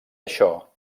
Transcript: això